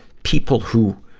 people who,